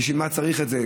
בשביל מה צריך את זה?